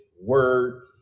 word